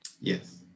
Yes